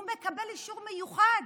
הוא מקבל אישור מיוחד